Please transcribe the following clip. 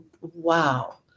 wow